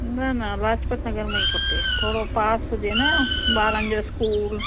न न लाजपत नगर में ई खपे थोरो पास हुजे न ॿारनि जो स्कूल